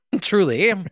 Truly